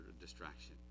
distraction